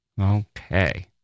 Okay